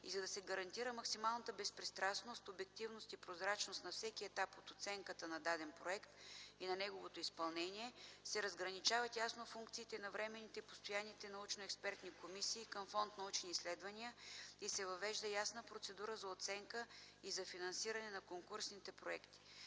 И за да се гарантира максимална безпристрастност, обективност и прозрачност на всеки етап от оценката на даден проект и на неговото изпълнение се разграничават ясно функциите на временните и постоянните научно-експертни комисии към фонд „Научни изследвания” и се въвежда ясна процедура за оценка и за финансиране на конкурсните проекти.